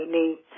need